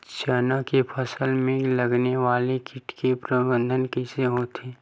चना के फसल में लगने वाला कीट के प्रबंधन कइसे होथे?